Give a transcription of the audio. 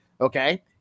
okay